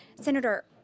Senator